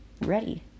ready